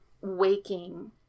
waking